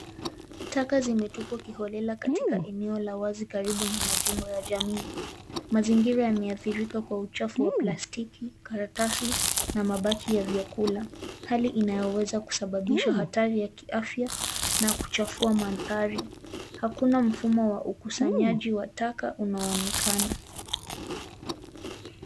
Taka zimetupwa kiholela katika eneo la wazi karibu na majengo ya jamii. Mazingira yameadhirika kwa uchafu wa plastiki, karatasi na mabaki ya vyakula. Hali inayoweza kusababisha hatari ya kiafya na kuchafua mandhari. Hakuna mfumo wa ukusanyaji wa taka unaonekana.